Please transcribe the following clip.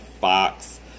Fox